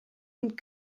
und